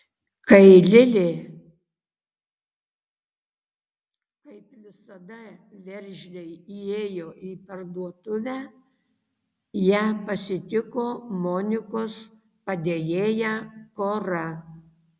kai lilė kaip visada veržliai įėjo į parduotuvę ją pasitiko monikos padėjėja kora